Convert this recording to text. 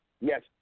Yes